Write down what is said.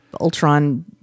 Ultron